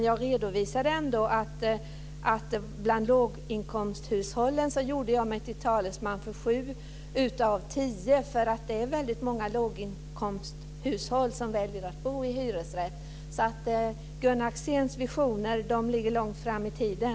Jag redovisade ändå att jag har gjort mig till talesman för sju av tio låginkomsthushåll. Det är många låginkomsthushåll som väljer att bo i hyresrätt. Gunnar Axéns visioner ligger långt fram i tiden.